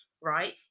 right